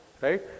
right